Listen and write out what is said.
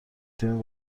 تیم